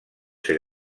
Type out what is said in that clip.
ser